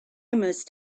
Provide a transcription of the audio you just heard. must